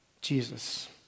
Jesus